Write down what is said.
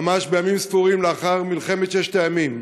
ממש ימים ספורים לאחר מלחמת ששת הימים,